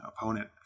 opponent